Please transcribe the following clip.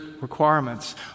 requirements